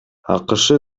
акш